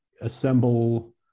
assemble